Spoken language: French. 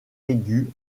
aigu